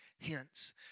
hence